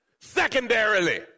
Secondarily